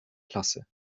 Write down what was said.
klasse